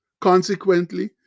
Consequently